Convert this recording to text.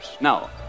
No